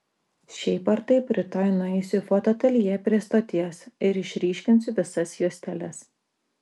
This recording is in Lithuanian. šiaip ar taip rytoj nueisiu į fotoateljė prie stoties ir išryškinsiu visas juosteles